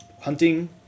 hunting